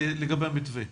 לגבי המתווה.